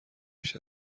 بیش